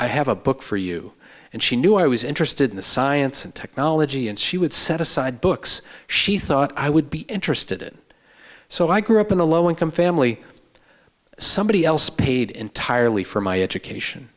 i have a book for you and she knew i was interested in the science and technology and she would set aside books she thought i would be interested in so i grew up in a low income family somebody else paid entirely for my education